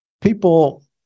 people